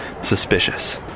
suspicious